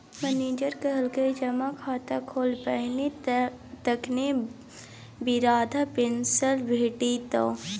manager कहलकै जमा खाता खोल पहिने तखने बिरधा पेंशन भेटितौ